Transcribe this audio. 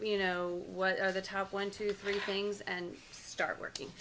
you know what are the top one two three things and start working